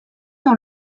dans